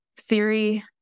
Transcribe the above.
theory